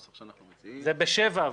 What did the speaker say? זה ב-7.